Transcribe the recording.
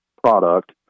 product